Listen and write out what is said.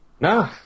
No